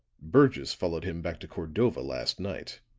burgess followed him back to cordova, last night.